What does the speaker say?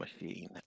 machine